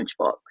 lunchbox